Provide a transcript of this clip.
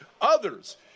others